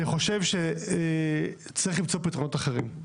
אני חושב שצריך למצוא פתרונות אחרים.